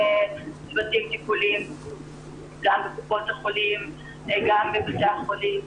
צוותים טיפוליים בקופות החולים ובבתי החולים.